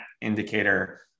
indicator